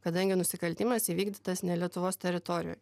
kadangi nusikaltimas įvykdytas ne lietuvos teritorijoj